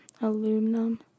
Aluminum